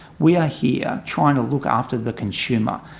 we are here trying to look after the consumer.